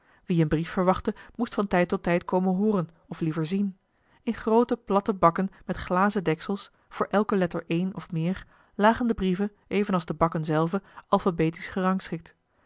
wie een brief verwachtte moest van tijd tot tijd komen hooren of liever zien in groote platte bakken met glazen deksels voor elke letter één of meer lagen de brieven evenals de bakken zelve